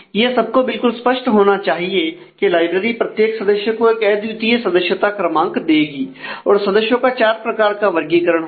यह सबको बिल्कुल स्पष्ट होना चाहिए कि लाइब्रेरी प्रत्येक सदस्य को एक अद्वितीय सदस्यता क्रमांक देगी और सदस्यों का चार प्रकार का वर्गीकरण होगा